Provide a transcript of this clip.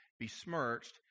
besmirched